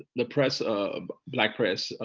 the press, um black press, ah